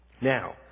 Now